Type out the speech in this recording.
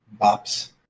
Bops